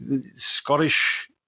Scottish